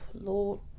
Lord